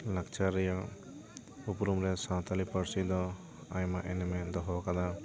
ᱞᱟᱠᱪᱟᱨ ᱨᱮᱭᱟᱜ ᱩᱯᱨᱩᱢ ᱨᱮ ᱥᱟᱱᱛᱟᱲᱤ ᱯᱟᱹᱨᱥᱤ ᱫᱚ ᱟᱭᱢᱟ ᱮᱱᱮᱢ ᱮ ᱫᱚᱦᱚ ᱟᱠᱟᱫᱟ